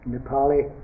Nepali